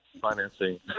financing